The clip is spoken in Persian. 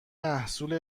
محصول